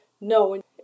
no